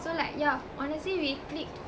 so like yeah honestly we clicked